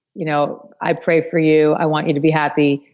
you know i pray for you, i want you to be happy.